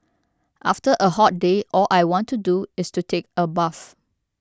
after a hot day all I want to do is to take a bath